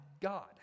God